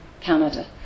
Canada